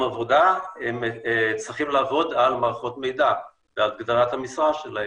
עבודה צריכים לעבוד על מערכות מידע בהגדרת המשרה שלהם.